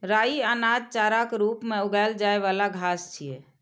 राइ अनाज, चाराक रूप मे उगाएल जाइ बला घास छियै